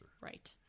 Right